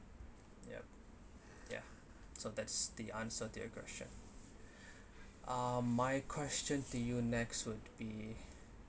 yup ya so that's the answer to your question uh my question to you next would be